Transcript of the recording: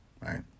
right